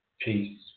Peace